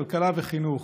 כלכלה וחינוך.